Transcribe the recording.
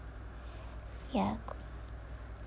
ya